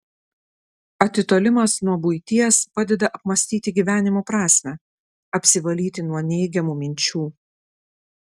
atitolimas nuo buities padeda apmąstyti gyvenimo prasmę apsivalyti nuo neigiamų minčių